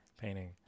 painting